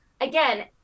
again